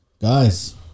guys